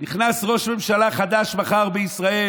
נכנס מחר ראש ממשלה חדש בישראל.